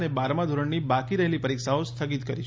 અને બારમાં ધોરણની બાકી રહેલી પરીક્ષાઓ સ્થગિત કરી છે